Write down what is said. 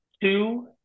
two